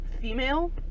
female